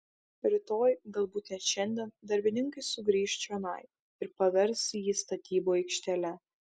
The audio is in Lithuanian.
rytoj galbūt net šiandien darbininkai sugrįš čionai ir pavers jį statybų aikštele